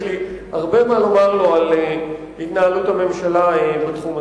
יש לי הרבה מה לומר לו על התנהלות הממשלה בתחום הזה.